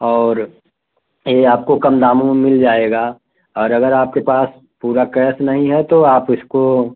और यह आपको कम दामों में मिल जाएगा और अगर आपके पास पूरा कैस नहीं है तो आप इसको